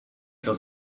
dat